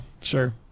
Sure